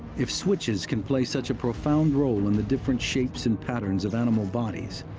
if switches can play such a profound role in the different shapes and patterns of animal bodies,